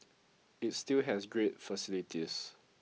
it still has great facilities